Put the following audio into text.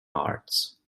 arts